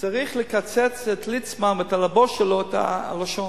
צריך לקצץ לליצמן ולבוס שלו את הלשון.